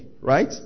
right